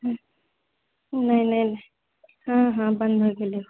नै नै हँ हँ बन्द होइ गेलै